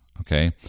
Okay